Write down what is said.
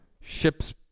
ship's